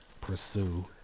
pursue